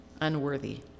Unworthy